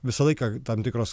visą laiką tam tikros